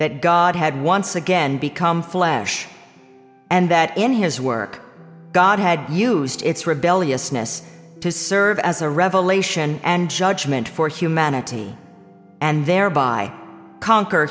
that god had once again become flesh and that in his work god had used its rebelliousness to serve as a revelation and judgment for humanity and thereby conquer